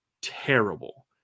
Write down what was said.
terrible